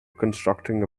constructing